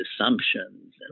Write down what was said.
assumptions